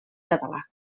català